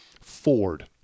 Ford